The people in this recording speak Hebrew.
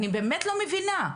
אני באמת לא מבינה,